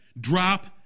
drop